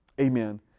Amen